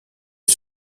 est